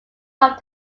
off